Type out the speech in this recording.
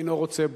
אינו רוצה בו.